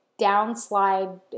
downslide